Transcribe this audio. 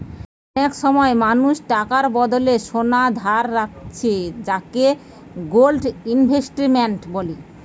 অনেক সময় মানুষ টাকার বদলে সোনা ধারে রাখছে যাকে গোল্ড ইনভেস্টমেন্ট বলে